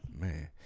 Man